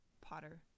Potter